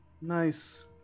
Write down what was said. Nice